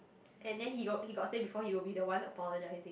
and then he got he got say before he will be the one apologized I think